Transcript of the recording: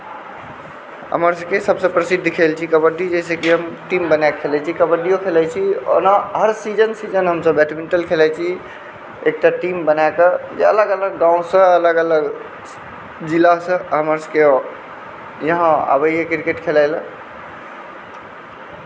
हमर सभकेँ सभसँ प्रसिद्ध खेल छै कबड्डी जाहिसँ कि हम टीम बना कऽ खेलै छी कबड्डीओ खेलाइ छी ओना हर सीजन सीजन हमसभ बैडमिण्टन खेलाइ छी एकटा टीम बनाकऽ अलग अलग गाँवसँ अलग अलग जिलासँ हमर सभकेँ यहाँ आबैए क्रिकेट खेलाए लए